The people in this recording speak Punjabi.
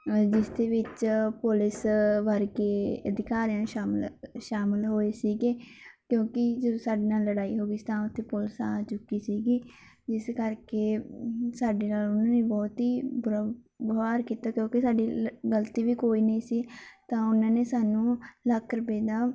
ਜਿਸਦੇ ਵਿੱਚ ਪੁਲਿਸ ਵਰਗੇ ਅਧਿਕਾਰੀਆਂ ਸ਼ਾਮਿਲ ਸ਼ਾਮਿਲ ਹੋਏ ਸੀਗੇ ਕਿਉਂਕਿ ਜਦੋਂ ਸਾਡੇ ਨਾਲ ਲੜਾਈ ਹੋ ਗਈ ਸੀ ਤਾਂ ਉੱਥੇ ਪੁਲਿਸ ਆ ਚੁੱਕੀ ਸੀਗੀ ਜਿਸ ਕਰਕੇ ਸਾਡੇ ਨਾਲ ਉਹਨਾਂ ਨੇ ਬਹੁਤ ਹੀ ਬੁਰਾ ਵਿਉਹਾਰ ਕੀਤਾ ਕਿਉਂਕਿ ਸਾਡੀ ਲ ਗਲਤੀ ਵੀ ਕੋਈ ਨਹੀਂ ਸੀ ਤਾਂ ਉਹਨਾਂ ਨੇ ਸਾਨੂੰ ਲੱਖ ਰੁਪਏ ਦਾ